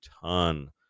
ton